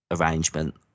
arrangement